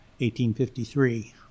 1853